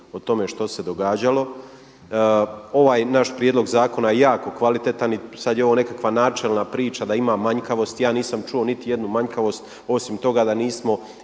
o tome što se događalo. Ovaj naš prijedlog zakona je jako kvalitetan i sada je ovo nekakva načelna priča da ima manjkavosti. Ja nisam čuo niti jednu manjkavost osim toga da nismo